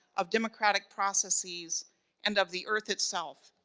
of democratic processes and of the earth itself,